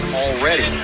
already